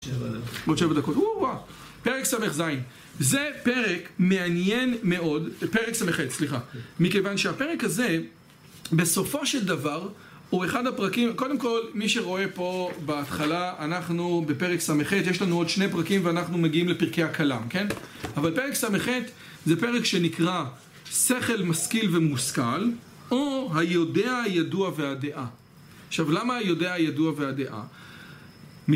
עוד שבע דקות, אוהה, פרק ס"ז. זה פרק מעניין מאוד, פרק ס"ח, סליחה. מכיוון שהפרק הזה, בסופו של דבר, הוא אחד הפרקים, קודם כל, מי שרואה פה בהתחלה אנחנו בפרק ס"ח, יש לנו עוד שני פרקים ואנחנו מגיעים לפרקי הכלה, כן? אבל פרק ס"ח זה פרק שנקרא שכל, משכיל ומושכל, או היודע, הידוע והדעה. עכשיו למה היודע, הידוע והדעה?